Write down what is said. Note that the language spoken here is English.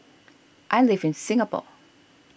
I live in Singapore